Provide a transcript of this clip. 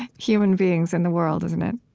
human beings in the world, isn't it?